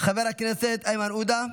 חבר הכנסת איימן עודה,